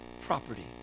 property